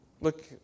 Look